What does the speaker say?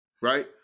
right